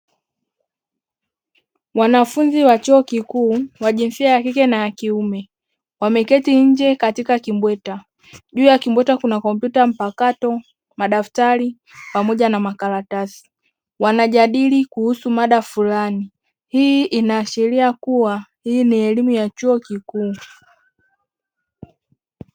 Wanafunzi wa chuo kikuu wa jinsia ya kike na kiume wameketi katika kimbweta, juu ya kimbweta kuna kompyuta mpakato, madaftari pamoja na makaratasi wanajadili kuhusu mada fulani, hii inaashiria kuwa ni elimu ya chuo kikuu.